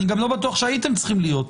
אני גם לא בטוח שהייתם צריכים להיות,